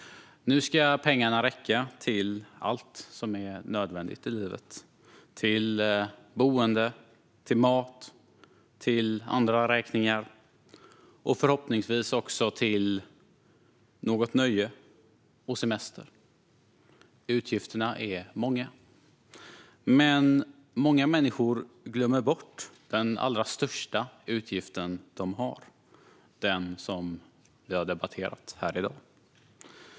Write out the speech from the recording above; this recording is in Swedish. Nu ska pengarna räcka till allt nödvändigt i livet, till boende, till mat, till andra räkningar och förhoppningsvis till något nöje och semester. Utgifterna är många. Men många människor glömmer bort den allra största utgiften de har, den som vi har debatterat här i dag.